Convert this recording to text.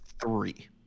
three